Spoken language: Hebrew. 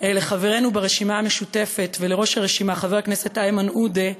לחברינו ברשימה המשותפת ולראש הרשימה חבר הכנסת איימן עודה,